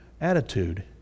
attitude